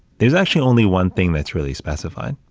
there's actually only one thing that's really specified,